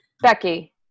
Becky